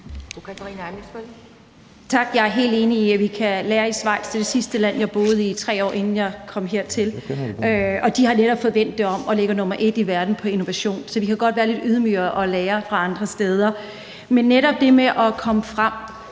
Jeg er helt enig i, at vi kan lære af Schweiz, som var det sidste land, jeg boede i – jeg boede der i 3 år – inden jeg kom hertil, og de har netop fået vendt det om og ligger nummer et i verden på innovation. Så vi kan godt være lidt ydmyge og lære af andre steder. Men netop til det med at komme frem